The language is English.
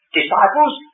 disciples